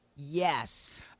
Yes